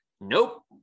Nope